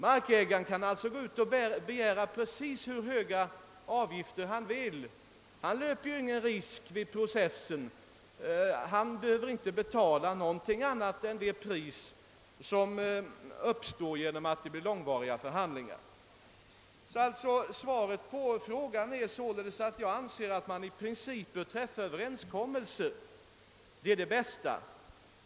Markägaren kan begära precis vad han vill eftersom han inte löper någon risk vid processen utan bara behöver ta den olägenhet som ligger i att förhandlingarna drar långt ut på tiden. Svaret på frågan är således att den bästa lösningen enligt min mening är att överenskommelser i princip träffas.